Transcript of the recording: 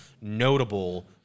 notable